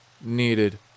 needed